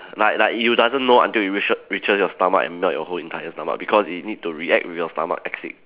like like you doesn't know until it reach reaches your stomach and melt your entire stomach because it need to react with your stomach acid